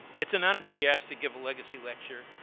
it's an honor to be asked to give a legacy lecture.